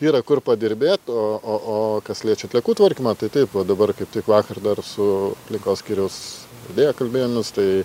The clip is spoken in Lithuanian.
yra kur padirbėt o o o kas liečia atliekų tvarkymą tai taip va dabar kaip tik vakar dar su aplinkos skyriaus vedėja kalbėjomės tai